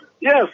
Yes